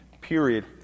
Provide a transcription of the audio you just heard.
period